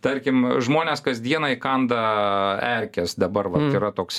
tarkim žmones kasdieną įkanda erkės dabar yra toks